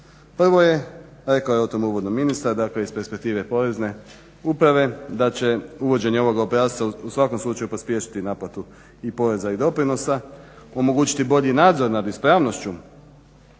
Prvo je rekao je o tome uvodno ministar dakle iz perspektive Porezne uprave da će uvođenje ovog obrasca u svakom slučaju pospješiti naplatu i poreza i doprinosa, omogućiti bolji nadzor nad ispravnošću